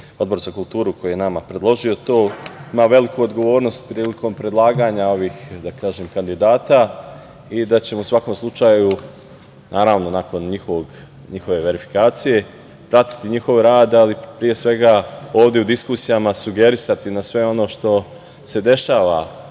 Odbor za kulturu koji je nama predložio to, ima veliku odgovornost prilikom predlaganja ovih kandidata i da ćemo u svakom slučaju, a naravno nakon njihove verifikacije pratiti njihov rad, ali pre svega ovde u diskusijama sugerisati na sve ono što se dešava